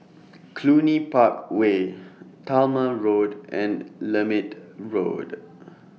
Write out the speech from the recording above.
Cluny Park Way Talma Road and Lermit Road